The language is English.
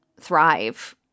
thrive